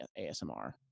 ASMR